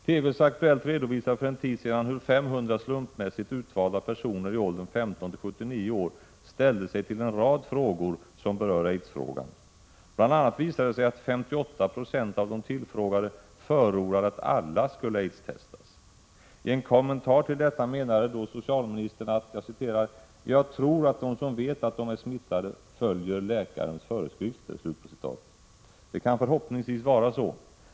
TV:s Aktuellt redovisade för en tid sedan hur 500 slumpmässigt utvalda personer i åldern 15-79 år ställde sig till en rad frågor som berör aidsfrågan. Bl.a. visade det sig att 58 20 av de tillfrågade förordade att alla skulle aidstestas. I en kommentar till detta sade då socialministern: Jag tror att de som vet att de är smittade följer läkarnas föreskrifter. Det kan förhoppningsvis vara så.